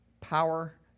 Power